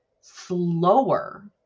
slower